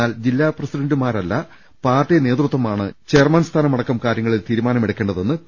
എന്നാൽ ജില്ലാ പ്രസിഡന്റുമാരല്ല പാർട്ടി നേതൃത്വമാണ് ചെയർമാൻ സ്ഥാനമ ടക്കം കാര്യങ്ങളിൽ തീരുമാനമെടുക്കേണ്ടതെന്ന് പി